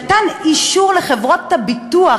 נתן אישור לחברות הביטוח,